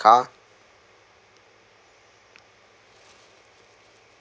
car